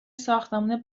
ساختمون